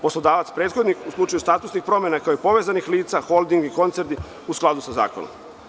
Poslodavac, prethodnik u slučaju statusnih promena kod povezanih lica, holding i koncerni u skladu sa zakonom.